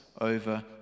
over